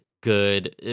good